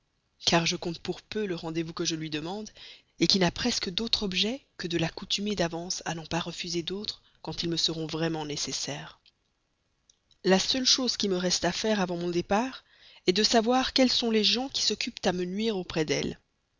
car je compte pour peu le rendez-vous que je lui demande qui n'a presque d'autre objet que de l'accoutumer d'avance à n'en pas refuser d'autres quand ils me seront vraiment nécessaires la seule chose qui me reste à faire avant mon départ est de trouver un moyen de savoir quels sont les gens qui s'occupent à me nuire auprès d'elle